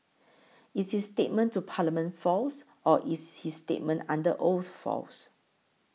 is his statement to Parliament false or is his statement under oath false